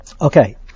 Okay